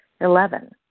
Eleven